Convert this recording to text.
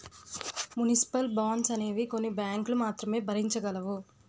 municipal bonds అనేవి కొన్ని బ్యాంకులు మాత్రమే భరించగలవు